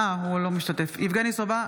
אינו משתתף בהצבעה יבגני סובה,